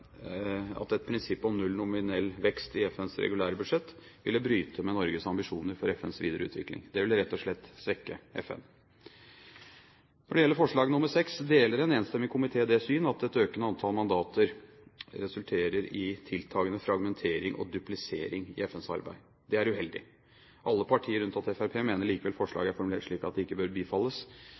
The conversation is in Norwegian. at et prinsipp om null nominell vekst i FNs regulære budsjett ville bryte med Norges ambisjoner for FNs videre utvikling. Det ville rett og slett svekke FN. Når det gjelder forslag VI deler en enstemmig komité det syn at et økende antall mandater resulterer i tiltagende fragmentering og duplisering i FNs arbeid. Det er uheldig. Alle partier unntatt Fremskrittspartiet mener likevel at forslaget er formulert slik at det ikke bør bifalles.